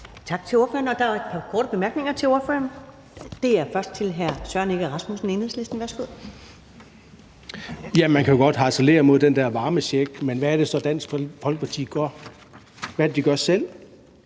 og der er et par korte bemærkninger til ordføreren. Den første er fra hr. Søren Egge Rasmussen, Enhedslisten. Værsgo. Kl. 13:31 Søren Egge Rasmussen (EL): Ja, man kan jo godt harcelere mod den der varmecheck, men hvad er det så, Dansk Folkeparti gør? Hvad er det, de gør selv?